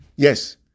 Yes